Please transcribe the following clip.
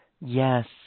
Yes